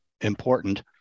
important